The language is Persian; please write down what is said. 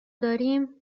داریم